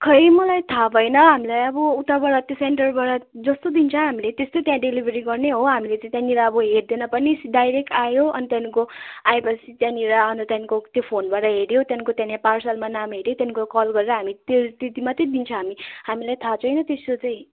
खै मलाई थाह भएन हामीलाई अब उताबाट त्यो सेन्टरबाट जस्तो दिन्छ हामीले त्यस्तै त्यहाँ डेलिभेरी गर्ने हो हामीले त त्यहाँनिर अब हेर्दैन पनि डाइरेक्ट आयो अनि त्यहाँदेखिको आएपछि त्यहाँनिर अन् त्यहाँदेखिको त्यो फोनबाट हेर्यो त्यहाँदेखिको त्यहाँ पार्सलमा नाम हेर्यो त्यहाँदेखिको कल गरेर हामी त्यो त्यति मात्रै दिन्छ हामी हामीलाई थाह छैन त्यस्तो चाहिँ